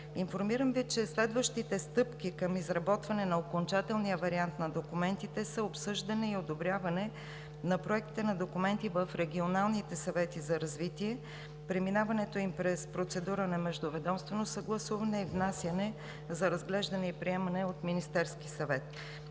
Информирам Ви, че следващите стъпки към изработване на окончателния вариант на документите са обсъждане и одобряване на проектите на документи в регионалните съвети за развитие, преминаването им през процедура на междуведомствено съгласуване и внасяне за разглеждане и приемане от Министерския съвет.